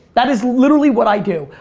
that is literally what i do.